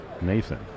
Nathan